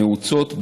נעוצות,